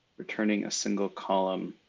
returning a single column.